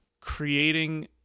creating